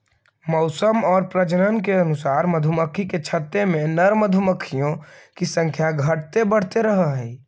मौसम और प्रजनन के अनुसार मधुमक्खी के छत्ते में नर मधुमक्खियों की संख्या घटते बढ़ते रहअ हई